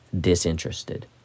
disinterested